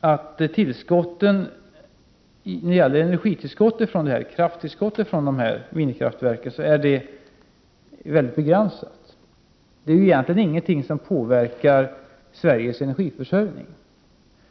att krafttillskottet från dessa minikraftverk är begränsat. Det tillskottet är inget som påverkar Sveriges energiförsörjning.